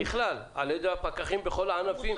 בכלל, על ידי הפקחים בכל הענפים.